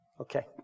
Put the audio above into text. Okay